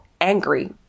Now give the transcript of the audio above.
angry